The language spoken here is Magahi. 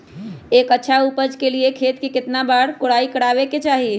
एक अच्छा उपज के लिए खेत के केतना बार कओराई करबआबे के चाहि?